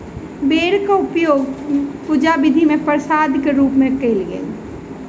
बेरक उपयोग पूजा विधि मे प्रसादक रूप मे कयल गेल